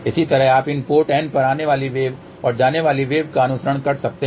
इसी तरह आप इन पोर्ट N पर आने वाली वेव और जाने वाली वेव का अनुसरण कर सकते हैं